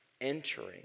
entering